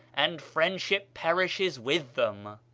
and friendship perishes with them.